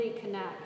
connect